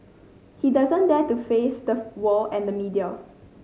he doesn't dare to face the world and the media